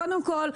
קודם כול,